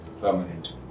permanent